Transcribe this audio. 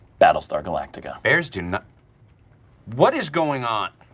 battlestar galactica. bears do not what is going on?